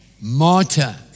Martyr